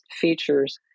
features